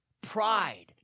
pride